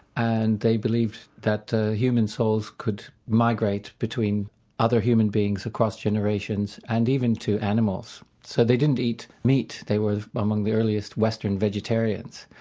and they believed that human souls could migrate between other human beings across generations, and even to animals. so they didn't eat meat, they were among the earliest western vegetarians.